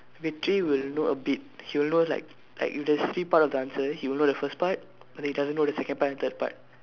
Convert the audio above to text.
Vetri will know a bit he will know like like if there's three part of answer he will know the first part but then he doesn't know the second part and third part